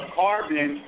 carbon